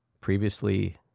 previously